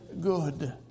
good